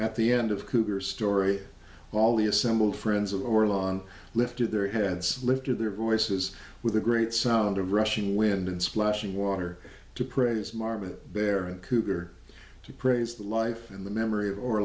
at the end of cougar story all the assembled friends or long lifted their heads lifted their voices with a great sound of rushing wind and splashing water to praise marble bear cougar to praise the life and the memory o